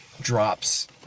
drops